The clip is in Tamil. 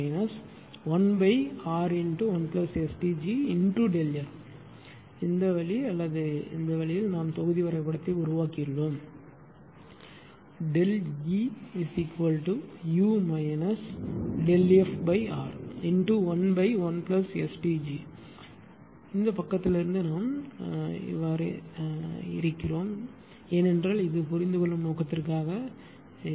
மற்றும் Eu1STg 1R1STgΔF இந்த வழி அல்லது வழி நாம் தொகுதி வரைபடத்தை உருவாக்கியுள்ளோம் Eu ΔFR11STg ஓ இந்தப் பக்கத்திலிருந்து நாம் இருக்கிறோம் ஏனென்றால் இது புரிந்துகொள்ளும் நோக்கத்திற்காக இருக்கும்